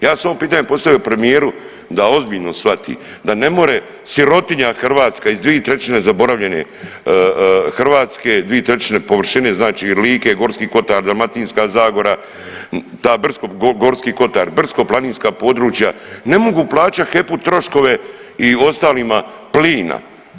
Ja bih samo pitanje postavio premijeru da ozbiljno shvati da ne more sirotinja hrvatska iz dvije trećine zaboravljene Hrvatske, dvije trećine površine znači Like, Gorski kotar, Dalmatinska zagora, taj Gorski kotar, brdsko-planinska područja ne mogu plaćat HEP-u troškove i ostalima plina.